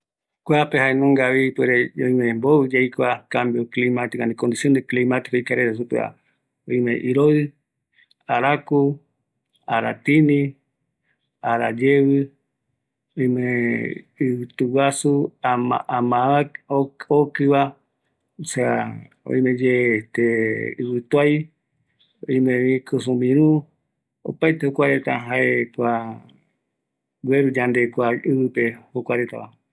Oïmre mbovɨ yaikua, arakuvo, iroiu, arayevi, iviyuguaju, ivituai, ama, kujumiru, arayajoi, tatatina,,,